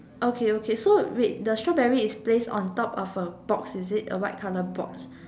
okay okay so wait the strawberry is placed on top of a box is it a white colour box